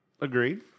Agreed